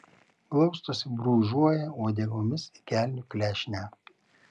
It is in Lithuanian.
glaustosi brūžuoja uodegomis į kelnių klešnę